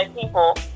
people